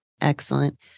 Excellent